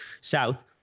South